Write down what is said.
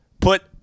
put